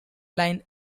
line